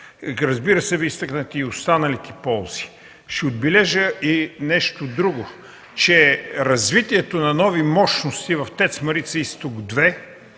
Разбира се, Вие изтъкнахте и останалите ползи. Ще отбележа и нещо друго – че развитието на нови мощности в ТЕЦ „Марица Изток 2”